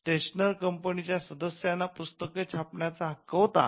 स्टेशनर कंपनीच्या सदस्यांना पुस्तक छापण्याचा हक्क होता